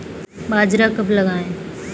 बाजरा कब लगाएँ?